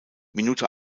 minute